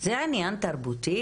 זה עניין תרבותי